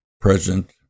present